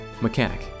mechanic